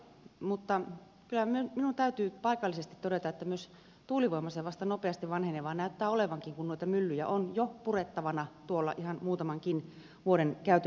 mutta kyllä minun täytyy paikallisesti todeta myös että tuulivoima se vasta nopeasti vanhenevaa näyttää olevankin kun myllyjä on jo purettavana ihan muutamankin vuoden käytön jälkeen